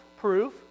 proof